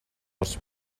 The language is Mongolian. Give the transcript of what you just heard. орж